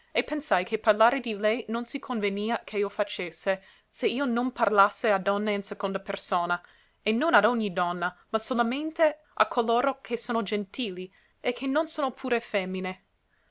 e pensai che parlare di lei non si convenia che io facesse se io non parlasse a donne in seconda persona e non ad ogni donna ma solamente a coloro che sono gentili e che non sono pure femmine